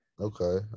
Okay